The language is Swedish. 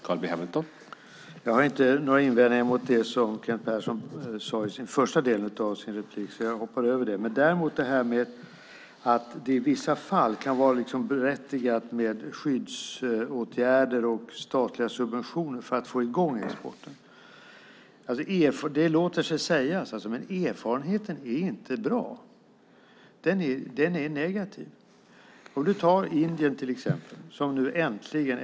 Herr talman! Jag har inte några invändningar mot det som Kent Persson sade i sin första del av sin replik, så jag hoppar över det. Däremot vill jag bemöta det här med att det i vissa fall kan vara berättigat med skyddsåtgärder och statliga subventioner för att få i gång exporten. Det låter sig sägas, men erfarenheten är inte bra. Den är negativ. Du kan ta Indien, till exempel.